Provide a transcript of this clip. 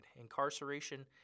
incarceration